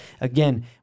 again